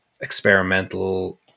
experimental